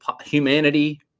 humanity